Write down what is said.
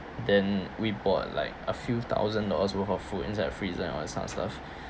then we bought like a few thousand dollars worth of food inside a freezer and all that kind of stuff